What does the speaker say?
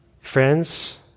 Friends